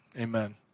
Amen